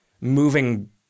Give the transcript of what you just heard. moving